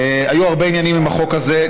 היו הרבה עניינים עם החוק הזה.